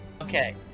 Okay